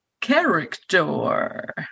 character